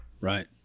Right